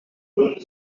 bonne